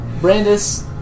Brandis